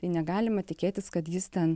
tai negalima tikėtis kad jis ten